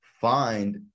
find